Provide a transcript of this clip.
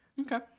okay